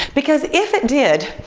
because if it did,